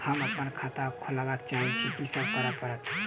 हम अप्पन खाता खोलब चाहै छी की सब करऽ पड़त?